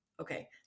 Okay